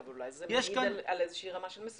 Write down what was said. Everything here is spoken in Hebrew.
אבל אולי זה מעיד על איזה שהיא רמה של מסוכנות?